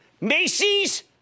Macy's